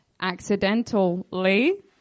accidentally